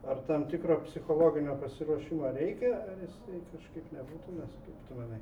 ar tam tikro psichologinio pasiruošimo reikia ar jisai kažkaip nebūtinas kaip tu manai